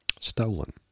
Stolen